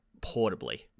Portably